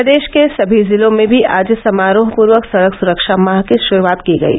प्रदेश के सभी जिलों में भी आज समारोहपूर्वक सड़क सुरक्षा माह की शुरूआत की गयी